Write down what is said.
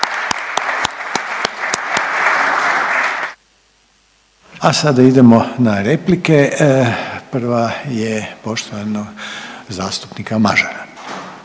A sada idemo na replike. Prva je poštovanog zastupnika Mažara.